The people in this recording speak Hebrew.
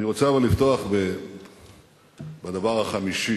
אני רוצה, אבל, לפתוח בדבר החמישי.